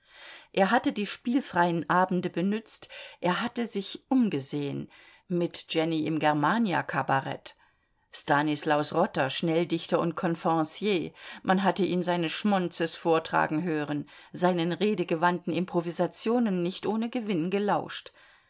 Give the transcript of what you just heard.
er hatte die spielfreien abende benützt er hatte sich umgesehen mit jenny im germania cabaret stanislaus rotter schnelldichter und confrencier man hatte ihn seine schmonzes vortragen hören seinen redegewandten improvisationen nicht ohne gewinn gelauscht